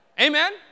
Amen